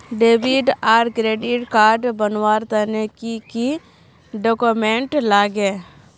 Debit or credit card बनवार तने की की डॉक्यूमेंट लागे?